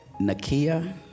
Nakia